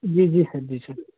जी जी सर जी सर